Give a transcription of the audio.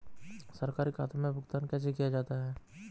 सरकारी खातों में भुगतान कैसे किया जाता है?